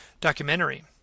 documentary